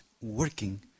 working